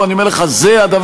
לא, אני אומר לך, זה הדבר